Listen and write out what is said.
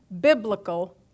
Biblical